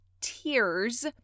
tears